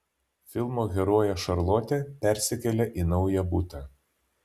filmo herojė šarlotė persikelia į naują butą